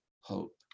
hope